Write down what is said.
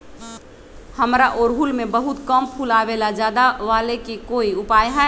हमारा ओरहुल में बहुत कम फूल आवेला ज्यादा वाले के कोइ उपाय हैं?